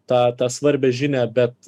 tą tą svarbią žinią bet